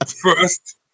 First